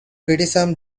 criticisms